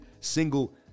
single